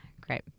Great